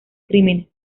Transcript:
crímenes